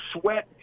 sweat